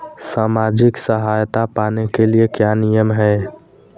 सामाजिक सहायता पाने के लिए क्या नियम हैं?